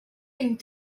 and